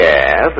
Yes